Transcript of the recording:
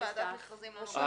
ועדת המכרזים לא מתעסקת בתנאי סף.